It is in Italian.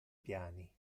piani